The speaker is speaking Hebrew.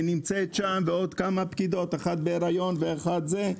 היא נמצאת שם עם עוד כמה פקידות אחת בהיריון ואחת זה.